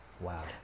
Wow